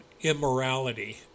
immorality